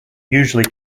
usually